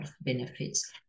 benefits